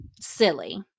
silly